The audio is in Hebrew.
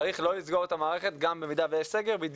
צריך לא לסגור את המערכת גם אם יהיה סגר וזה